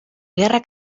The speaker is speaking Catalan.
guerra